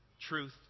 truth